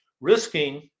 risking